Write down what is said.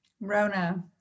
Rona